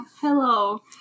hello